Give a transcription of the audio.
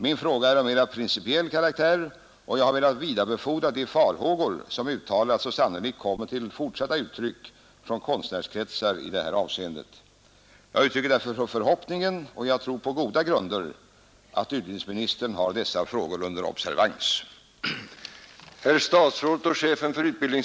Min fråga är av mer principiell karaktär, och jag har velat vidarebefordra de farhågor i detta avseende som uttalats och sannolikt också kommer till fortsatta uttryck från konstnärskretsar. Jag uttrycker därför förhoppningen — som jag tror på goda grunder — att utbildningsministern har dessa frågor under observans.